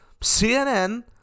CNN